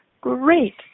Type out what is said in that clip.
great